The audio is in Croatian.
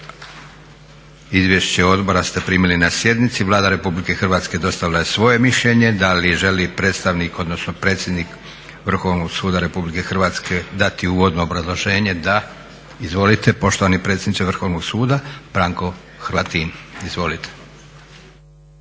Izvješće Odbora ste primili na sjednici. Vlada Republike Hrvatske dostavila je svoje mišljenje. Da li želi predsjednik Vrhovnog suda Republike Hrvatske dati uvodno obrazloženje? Da. Izvolite poštovani predsjedniče Vrhovnog suda, Branko Hrvatin. Izvolite.